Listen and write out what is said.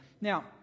Now